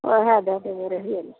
ओहए दऽ देब रेहुएमे से